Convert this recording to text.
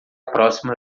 próxima